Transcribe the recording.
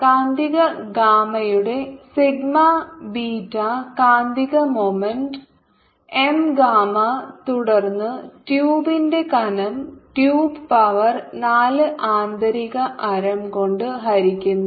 കാന്തിക ഗാമയുടെ sigma beta കാന്തിക മോമെന്റ്റ് എം ഗാമ തുടർന്ന് ട്യൂബിന്റെ കനം ട്യൂബ് പവർ നാല് ആന്തരിക ആരം കൊണ്ട് ഹരിക്കുന്നു